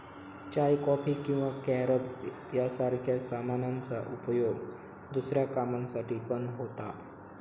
चाय, coffee किंवा carob सारख्या सामानांचा उपयोग दुसऱ्या कामांसाठी पण होता